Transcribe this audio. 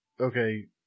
okay